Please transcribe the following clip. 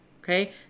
Okay